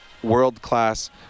world-class